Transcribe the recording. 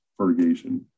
fertigation